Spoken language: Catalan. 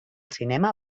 cinema